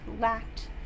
lacked